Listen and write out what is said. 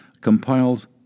compiles